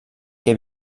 que